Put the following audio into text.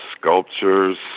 sculptures